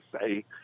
say